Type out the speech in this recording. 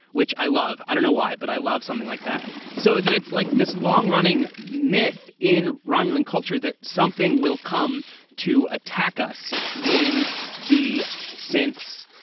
which i love. i don't know why, but i love something like that so that it's like this long running myth in romulan culture that something will come to attack us when the since.